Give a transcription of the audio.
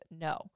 No